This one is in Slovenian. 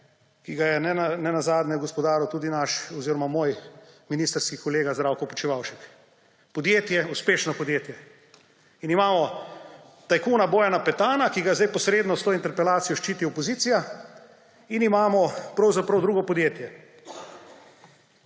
ki ga je nenazadnje gospodaril tudi naš oziroma moj ministrski kolega Zdravko Počivalšek. Podjetje, uspešno podjetje. In imamo tajkuna Bojana Petana, ki ga sedaj posredno s to interpelacijo ščiti opozicija, in imamo pravzaprav drugo podjetje.